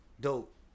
dope